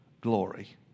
glory